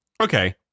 Okay